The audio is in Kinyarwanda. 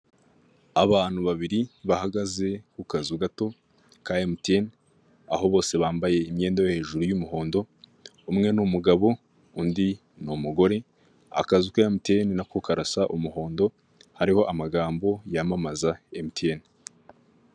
Abantu babiri bahagaze ku kazu gato ka emutiyene; aho bose bambaye imyenda yo hejuru y'umuhondo; umwe n'umugabo undi n'umugore; akazu ka emutiyene nako karasa umuhondo hariho amagambo yamamaza emutiyene.